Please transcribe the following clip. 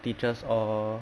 teachers all